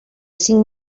cinc